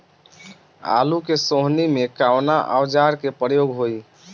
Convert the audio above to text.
आलू के सोहनी में कवना औजार के प्रयोग होई?